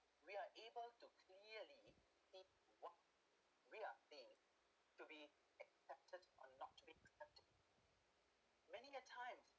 we are able to clearly see what we are made to be accepted or not to be accepted many years time